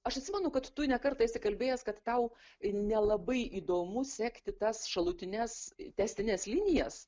aš atsimenu kad tu ne kartą esi kalbėjęs kad tau nelabai įdomu sekti tas šalutines tęstines linijas